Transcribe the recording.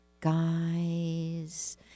guys